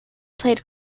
played